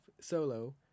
Solo